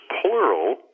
plural